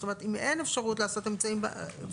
זאת אומרת אם אין אפשרות לעשות שימוש באמצעים או